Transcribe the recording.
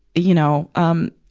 you know, um,